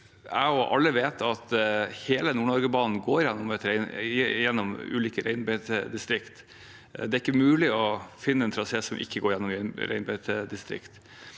jeg og alle vet at hele Nord-Norge-banen går gjennom ulike reinbeitedistrikt. Det er ikke mulig å finne en trasé som ikke går gjennom reinbeitedistrikt.